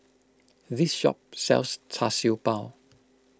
this shop sells Char Siew Bao